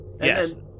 yes